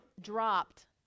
dropped